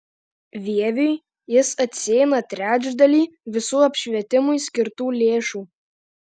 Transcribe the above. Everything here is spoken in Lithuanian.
vieviui jis atsieina trečdalį visų apšvietimui skirtų lėšų